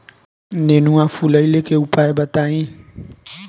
नेनुआ फुलईले के उपाय बताईं?